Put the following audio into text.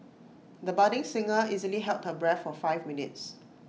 the budding singer easily held her breath for five minutes